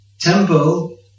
temple